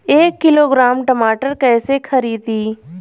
एक किलोग्राम टमाटर कैसे खरदी?